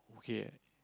okay